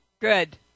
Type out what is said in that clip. Good